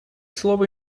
слово